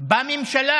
בממשלה